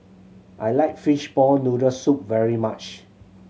I like fishball noodle soup very much